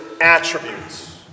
attributes